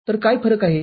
तरकाय फरक आहे